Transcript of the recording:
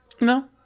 No